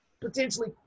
potentially